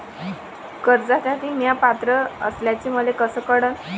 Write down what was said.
कर्जसाठी म्या पात्र असल्याचे मले कस कळन?